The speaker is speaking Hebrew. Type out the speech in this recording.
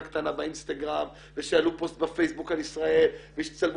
קטנה באינסטגרם ושיעלו פוסט בפייסבוק על ישראל ושיצלמו